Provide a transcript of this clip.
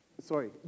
Sorry